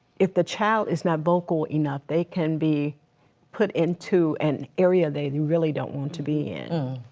if the child is not vocal enough, they can be put into an area they they really don't want to be in.